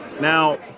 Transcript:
Now